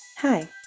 Hi